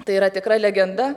tai yra tikra legenda